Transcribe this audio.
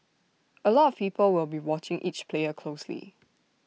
A lot of people will be watching each player closely